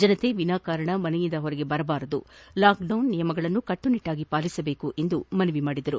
ಜನತೆ ವಿನಾಕಾರಣ ಮನೆಯಿಂದ ಹೊರಗೆ ಬರಬಾರದು ಲಾಕ್ಡೌನ್ ನಿಯಮಗಳನ್ನು ಕಟ್ಟುನಿಟ್ಟಾಗಿ ಪಾಲಿಸಬೇಕು ಎಂದು ಅವರು ಮನವಿ ಮಾಡಿದರು